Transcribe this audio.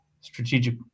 strategic